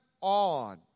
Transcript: on